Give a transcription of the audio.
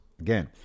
again